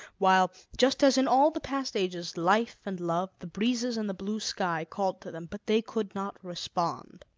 while, just as in all the past ages, life and love, the breezes and the blue sky called to them but they could not respond.